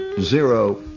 zero